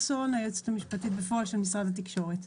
בפועל של משרד התקשורת.